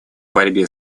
борьбе